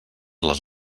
les